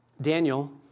Daniel